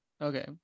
Okay